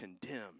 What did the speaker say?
condemned